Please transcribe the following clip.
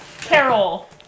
Carol